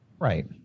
Right